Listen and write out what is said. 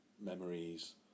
memories